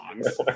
songs